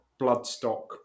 bloodstock